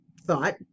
thought